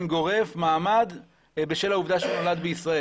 גורף מעמד בשל העובדה שהוא נולד בישראל,